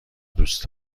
دوست